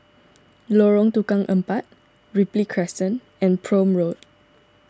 Lorong Tukang Empat Ripley Crescent and Prome Road